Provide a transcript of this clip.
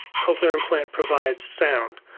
cochlear implant provides sound,